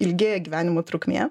ilgėja gyvenimo trukmė